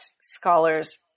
scholars